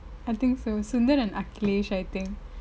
I think so sundar and aklash I think